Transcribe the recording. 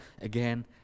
again